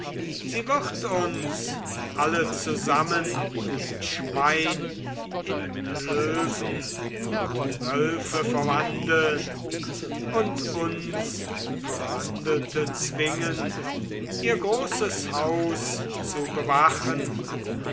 sie wird uns alle zusammen in schwein in löwen und wölfe verwandeln und uns verwandelte zwingen ihr großes haus zu bewachen